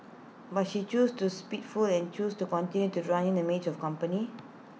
but she chose to spiteful and chose to continue to ruin the image of the company